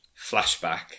flashback